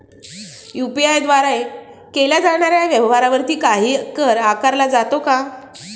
UPI द्वारे केल्या जाणाऱ्या व्यवहारावरती काही कर आकारला जातो का?